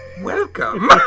Welcome